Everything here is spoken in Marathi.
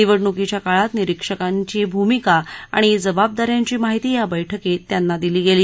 निवडणुकीच्या काळात निरीक्षकांची भूमिका आणि जबाबदाऱ्यांची माहिती या बैठकीत त्यांना दिली गेली